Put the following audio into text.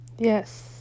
Yes